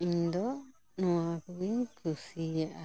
ᱤᱧ ᱫᱚ ᱱᱚᱣᱟ ᱠᱚᱜᱮᱧ ᱠᱩᱥᱤᱭᱟᱜᱼᱟ